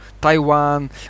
Taiwan